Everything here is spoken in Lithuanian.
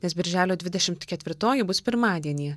nes birželio dvidešimt ketvirtoji bus pirmadienį